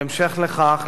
בהמשך לכך,